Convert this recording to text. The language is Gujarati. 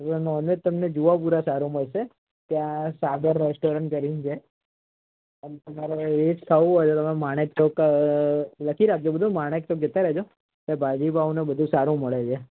નોનવેજ તમને જુહાપુરા સારું મળશે ત્યાં સાગર રેસ્ટોરેન્ટ કરીને છે અને તમારે વેજ ખાવું હોય તો માણેકચોક લખી રાખજો માણેકચોક જતા રહેજો ત્યાં ભાજીપાંવ ને બધું સારું મળે છે